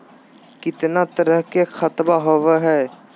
कितना तरह के खातवा होव हई?